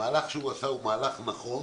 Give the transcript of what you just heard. המהלך שהוא עשה הוא מהלך נכון,